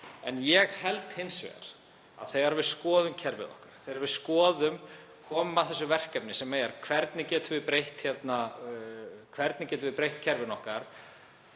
En ég held hins vegar þegar við skoðum kerfið okkar, þegar við komum að þessu verkefni: Hvernig getum við breytt kerfinu okkar?